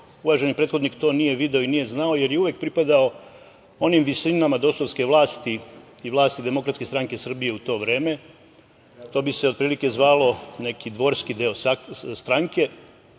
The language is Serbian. uvaženi prethodnik to nije video i nije znao, jer je uvek pripadao onim visinama DOS-ovske vlasti i vlasti DSS u to vreme. To bi se otprilike zvalo neki dvorski deo stranke,